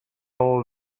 all